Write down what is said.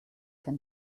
can